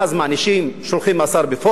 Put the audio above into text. שניהם כאחד, שניהם כאחד,